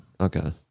Okay